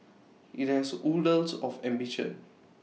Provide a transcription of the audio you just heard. IT has oodles of ambition